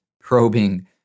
probing